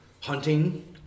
hunting